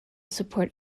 support